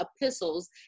epistles